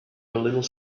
little